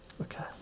Okay